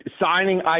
signing